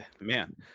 Man